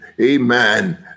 amen